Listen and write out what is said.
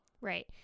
Right